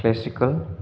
classical